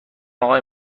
آقای